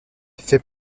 fait